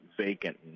vacant